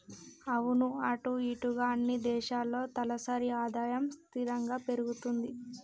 అవును అటు ఇటుగా అన్ని దేశాల్లో తలసరి ఆదాయం స్థిరంగా పెరుగుతుంది